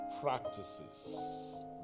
practices